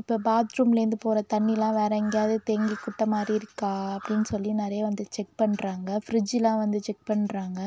இப்போ பாத் ரூம்லேருந்து போகிற தண்ணியெல்லாம் வேறு எங்கேயாவது தேங்கி குட்டை மாதிரி இருக்கா அப்படின்னு சொல்லி நிறையா வந்து செக் பண்ணுறாங்க ஃபிரிட்ஜுலெல்லாம் வந்து செக் பண்ணுறாங்க